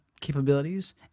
capabilities